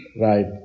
right